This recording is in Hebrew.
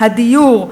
הדיור,